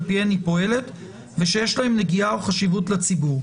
פיהן היא פועלת ושיש להן נגיעה או חשיבות לציבור".